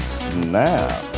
snap